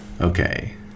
Okay